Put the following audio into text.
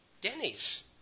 Denny's